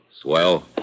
Swell